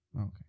okay